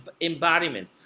embodiment